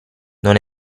non